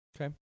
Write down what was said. Okay